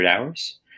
hours